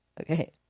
Okay